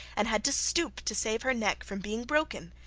and had to stoop to save her neck from being broken.